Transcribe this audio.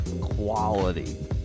quality